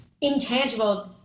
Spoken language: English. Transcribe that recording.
intangible